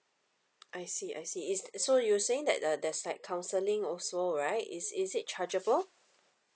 I see I see is so you saying that uh there's like counselling also right is is it chargeable